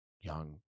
young